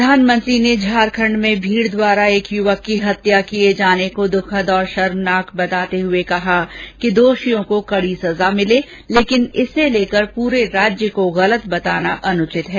प्रधानमंत्री ने झारखण्ड में भीड द्वारा एक युवक की हत्या किए जाने को दुखद और शर्मनाक बताते हुए कहा कि दोषियों को कडी सजा मिले लेकिन इसे लेकर पूरे राज्य को गलत बताना अनुचित है